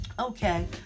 Okay